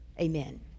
Amen